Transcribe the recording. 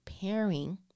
pairing